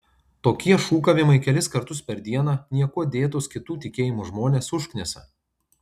tokie šūkavimai kelis kartus per dieną niekuo dėtus kitų tikėjimų žmones užknisa